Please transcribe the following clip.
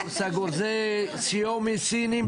סגור, זה שיאומי סינים.